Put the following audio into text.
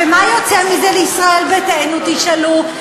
ומה יוצא מזה לישראל ביתנו, תשאלו?